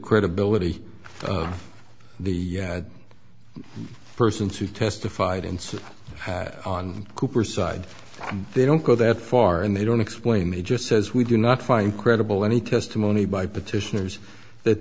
credibility of the persons who testified and so on cooper side they don't go that far and they don't explain he just says we do not find credible any testimony by petitioners that